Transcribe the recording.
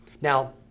Now